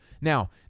Now